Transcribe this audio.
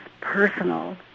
personal